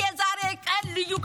תם הזמן.